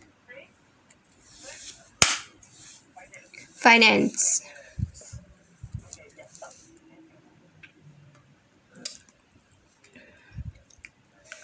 finance